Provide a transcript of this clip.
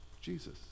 Jesus